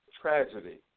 tragedy